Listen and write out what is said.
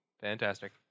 Fantastic